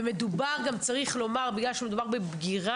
בסמים ובאלכוהול.